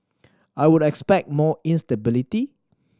I would expect more instability